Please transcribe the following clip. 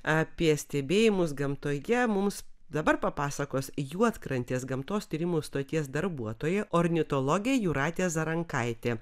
apie stebėjimus gamtoje mums dabar papasakos juodkrantės gamtos tyrimų stoties darbuotoja ornitologė jūratė zarankaitė